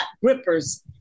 grippers